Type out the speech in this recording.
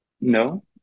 no